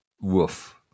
woof